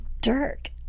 Dirk